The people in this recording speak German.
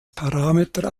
parameter